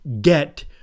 get